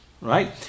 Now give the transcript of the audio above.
right